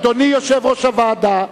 אדוני יושב-ראש הוועדה,